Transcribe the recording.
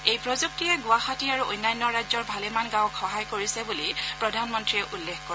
এই প্ৰযুক্তিয়ে গুৱাহাটী আৰু অন্যান্য ৰাজ্যৰ ভালেমান গাঁৱক সহায় কৰিছে বুলি প্ৰধানমন্ত্ৰীয়ে উল্লেখ কৰে